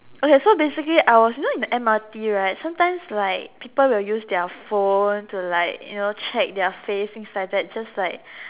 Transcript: okay so basically I was you know in the M_R_T right sometimes like people will use their phone to like you know check their face and things like that just like